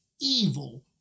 evil